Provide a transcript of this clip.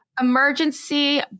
Emergency